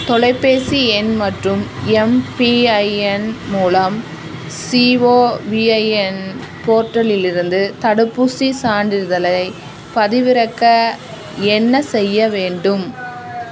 தொலைபேசி எண் மற்றும் எம்பிஐஎன் மூலம் சிஓவிஐஎன் போர்ட்டலிலிருந்து தடுப்பூசி சான்றிதழைப் பதிவிறக்க என்ன செய்ய வேண்டும்